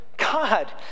god